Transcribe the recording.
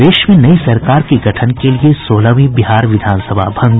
प्रदेश में नई सरकार के गठन के लिये सोलहवीं बिहार विधानसभा भंग